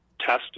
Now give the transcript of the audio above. test